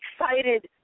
excited